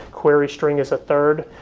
query string as a third.